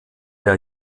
der